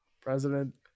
President